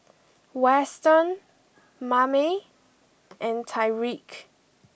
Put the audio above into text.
Weston Mame and Tyrique